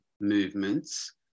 movements